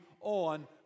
on